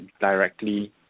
directly